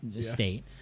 state